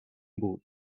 بود